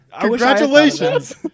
Congratulations